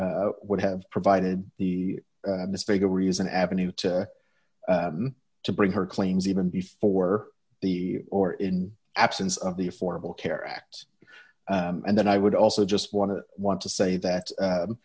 would have provided the mistake a reason avenue to bring her claims even before the or in absence of the affordable care act and then i would also just want to want to say that